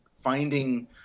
finding